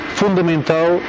fundamental